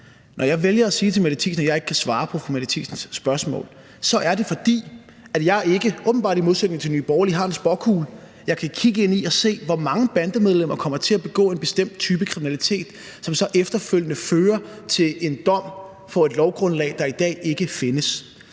Når jeg vælger at sige til fru Mette Thiesen, at jeg ikke kan svare på fru Mette Thiesens spørgsmål, så er det, fordi jeg ikke – åbenbart i modsætning til Nye Borgerlige – har en spåkugle, som jeg kan kigge ind i og se, hvor mange bandemedlemmer der kommer til at begå en bestemt type kriminalitet, som så efterfølgende fører til en dom på et lovgrundlag, der i dag ikke findes.